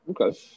Okay